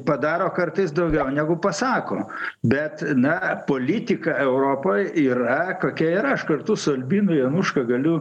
padaro kartais daugiau negu pasako bet na politika europoj yra kokia yra aš kartu su albinu januška galiu